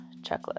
checklist